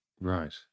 Right